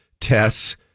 tests